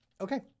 Okay